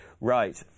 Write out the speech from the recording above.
right